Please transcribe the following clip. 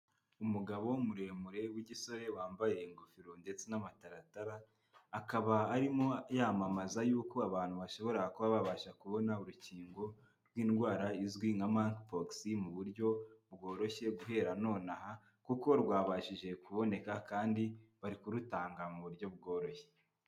Umugabo muremure w'igisore wambaye ingofero ndetse n'amataratara, akaba arimo yamamaza yuko abantu bashobora kuba babasha kubona urukingo rw'indwara izwi nka manki pogisi mu buryo bworoshye guhera nonaha, kuko rwabashije kuboneka kandi bari kurutanga mu buryo bworoshye.